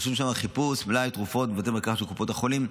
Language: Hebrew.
רשום שם: חיפוש מלאי תרופות בבתי מרקחת של קופות החולים,